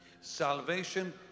Salvation